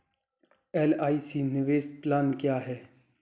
LIC निवेश plan क्या है?